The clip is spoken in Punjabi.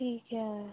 ਠੀਕ ਹੈ